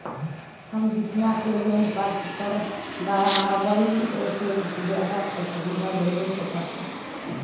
हम जितना के लोन पास कर बाबई ओ से ज्यादा पैसा हमरा देवे के पड़तई?